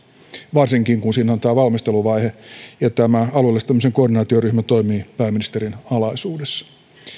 varsinkin kun siinä on tämä valmisteluvaihe ja tämä alueellistamisen koordinaatioryhmä toimii pääministerin alaisuudessa